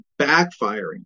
backfiring